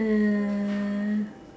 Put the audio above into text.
uh